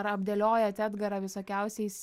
ar apdėliojat edgarą visokiausiais